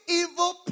evil